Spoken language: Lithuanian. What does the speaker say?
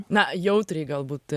na jautriai galbūt